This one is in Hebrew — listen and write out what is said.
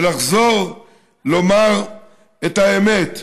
ולחזור לומר את האמת,